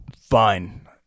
Fine